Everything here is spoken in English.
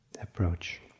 approach